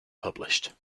published